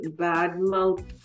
badmouth